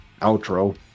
outro